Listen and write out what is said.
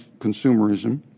consumerism